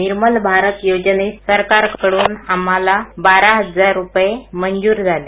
निर्मल भारत योजनेमध्ये सरकारकड्न आम्हाला बारा हजार रुपये मंजूर झाले